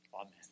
Amen